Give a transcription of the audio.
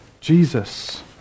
Jesus